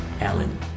Alan